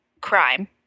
crime